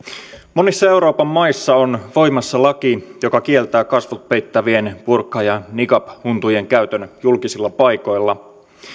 monissa euroopan maissa on voimassa laki joka kieltää kasvot peittävien burka ja niqab huntujen käytön julkisilla paikoilla